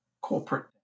corporate